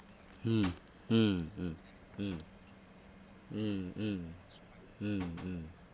mm mm mm mm mm mm mm mm